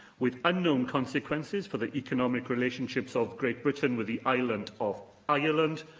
with unknown consequences for the economic relationships of great britain with the island of ireland,